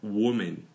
woman